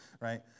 right